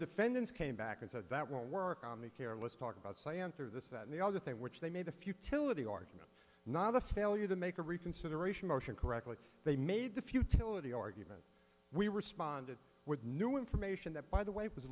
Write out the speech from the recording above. defendants came back and said that won't work on the careless talk about science or this that and the other thing which they made the futility argument not the failure to make a reconsideration motion correctly they made the futility argument we responded with new information that by the way was